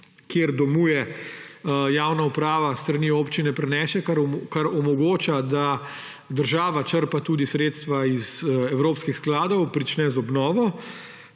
kjer domuje javna uprava, s strani občine prenese, kar omogoča, da država črpa tudi sredstva iz evropskih skladov, prične z obnovo,